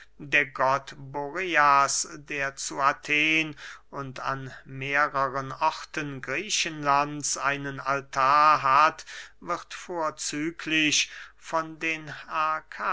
der zu athen und an mehrern orten griechenlands einen altar hat wird vorzüglich von den